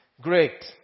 great